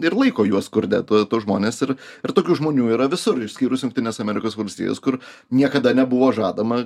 ir laiko juos skurde tuos žmones ir ir tokių žmonių yra visur išskyrus jungtines amerikos valstijas kur niekada nebuvo žadama